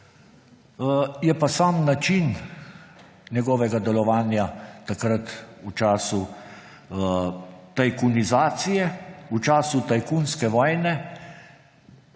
je pa sam način njegovega delovanja takrat v času tajkunizacije, v času tajkunske vojne,